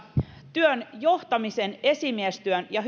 työn johtamiseen esimiestyöhön ja